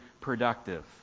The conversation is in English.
productive